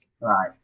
right